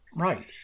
Right